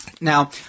Now